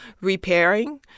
repairing